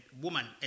woman